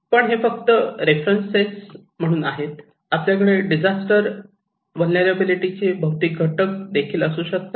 पण हे फक्त रेफरन्स म्हणूनच आहे आपल्याकडे डिझास्टर व्हलनेरलॅबीलीटीचे भौतिक घटक देखील असू शकतात